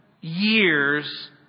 years